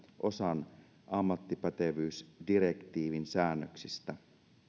osan ammattipätevyysdirektiivin säännöksistä